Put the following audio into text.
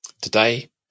Today